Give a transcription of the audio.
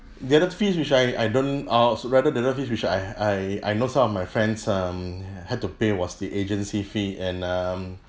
the other fees which I I don't uh s~ rather the other fees which I I I know some of my friends um had to pay was the agency fee and um